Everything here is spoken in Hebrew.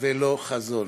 ולא חזון.